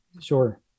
sure